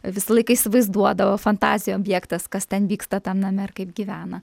visą laiką įsivaizduodavo fantazijų objektas kas ten vyksta tam name ir kaip gyvena